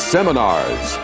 Seminars